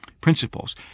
principles